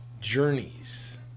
Journeys